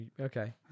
Okay